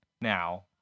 Now